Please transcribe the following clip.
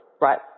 right